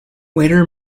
waiter